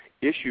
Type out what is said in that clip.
issue